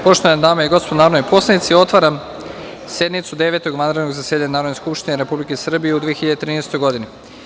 Poštovane dame i gospodo narodni poslanici, otvaram sednicu Devetog vanrednog zasedanja Narodne skupštine Republike Srbije u 2013. godini.